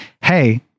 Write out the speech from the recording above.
Hey